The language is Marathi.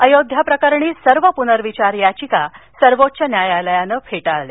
अयोध्या प्रकरणी सर्व पनर्विचार याचिका सर्वोच्च न्यायालयानं फेटाळल्या